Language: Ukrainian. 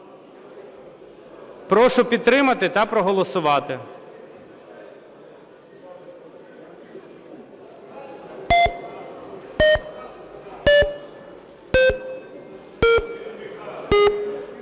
Прошу підтримати та проголосувати.